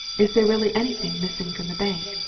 is there really anything missing from the bank?